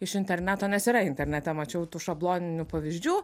iš interneto nes yra internete mačiau tų šabloninių pavyzdžių